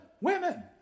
Women